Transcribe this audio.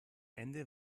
ende